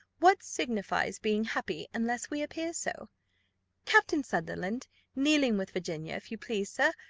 what signifies being happy, unless we appear so captain sunderland kneeling with virginia, if you please, sir,